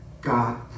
God